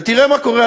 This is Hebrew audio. ותראה מה קורה,